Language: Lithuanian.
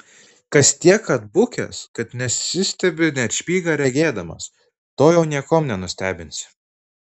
kas tiek atbukęs kad nesistebi net špygą regėdamas to jau niekuom nebenustebinsi